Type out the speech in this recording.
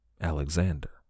Alexander